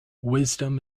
wisdom